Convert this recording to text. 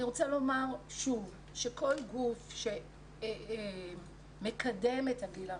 אני רוצה לומר שוב שכל גוף שמקדם את הגיל הרך,